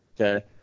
okay